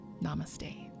Namaste